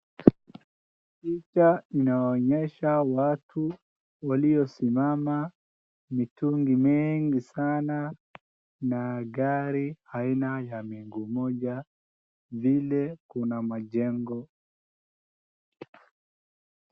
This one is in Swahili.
Picha inaonyesha watu waliosimama mitungi mengi sana na gari aina ya miguu moja vile kuna majengo.